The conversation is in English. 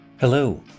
Hello